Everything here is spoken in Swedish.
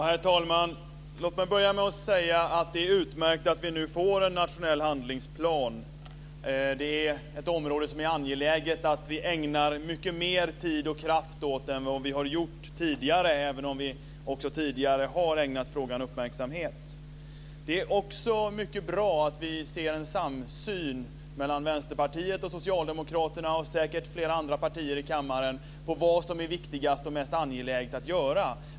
Herr talman! Låt mig börja med att säga att det är utmärkt att vi nu får en nationell handlingsplan. Det är ett område som det är angeläget att vi ägnar mycket mer tid och kraft åt än vad vi har gjort tidigare, även om vi också tidigare har ägnat frågan uppmärksamhet. Det är också mycket bra att vi ser en samsyn mellan Vänsterpartiet och Socialdemokraterna och säkert flera andra partier i kammaren om vad är viktigast och mest angeläget att göra.